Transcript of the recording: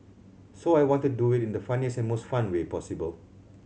so I wanted do it in the funniest and most fun way possible